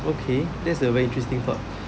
okay that's a very interesting thought